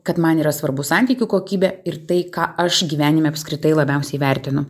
kad man yra svarbus santykių kokybė ir tai ką aš gyvenime apskritai labiausiai vertinu